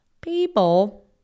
people